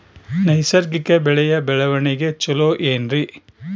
ನೈಸರ್ಗಿಕ ಬೆಳೆಯ ಬೆಳವಣಿಗೆ ಚೊಲೊ ಏನ್ರಿ?